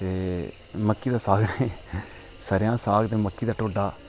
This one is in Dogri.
मक्की दा साग नीं सरेयां दा साग ते मक्की दा ढोड्डा